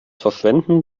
verschwenden